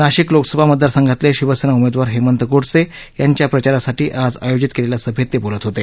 नाशिक लोकसभा मतदारसंघातले शिवसेना उमेदवार हेमंत गोडसे यांच्या प्रचारासाठी आज आयोजित केलेल्या सभेत ते बोलत होते